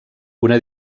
una